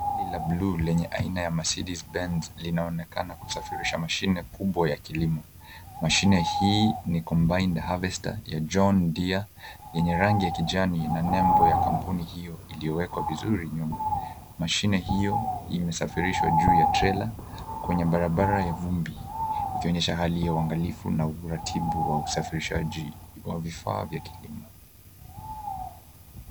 La blue lenye aina ya Mercedes Benz linaonekana kusafirisha mashine kubwa ya kilimo. Mashine hii ni combined harvester ya John Deer, yenye rangi ya kijani na nembo ya kampuni hiyo iliyowekwa vizuri nyuma. Mashine hiyo imesafirishwa juu ya trela kwenye barabara ya vumbi ikionyesha hali ya uangalifu na uratibu wa usafirishaji wa vifaa vya kilimo.